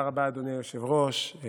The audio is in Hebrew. היושב-ראש.